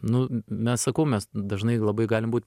nu m mes sakau mes dažnai labai galim būt